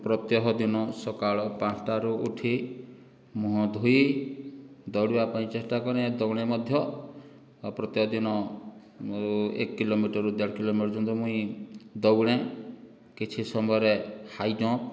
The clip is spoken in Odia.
ପ୍ରତ୍ୟହ ଦିନ ସକାଳ ପାଞ୍ଚଟାରୁ ଉଠି ମୁହଁ ଧୋଇ ଦୌଡ଼ିବା ପାଇଁ ଚେଷ୍ଟା କରେଁ ଦୌଡ଼େ ମଧ୍ୟ ଆଉ ପ୍ରତ୍ୟକ ଦିନ ମୁଁ ଏକ କିଲୋମିଟରରୁ ଦେଢ଼ କିଲୋମିଟର ପର୍ଯ୍ୟନ୍ତ ମୁଁ ଦୌଡ଼େଁ କିଛି ସମୟରେ ହାଇଜମ୍ପ